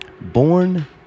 Born